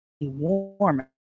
warm